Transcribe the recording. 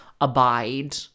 abide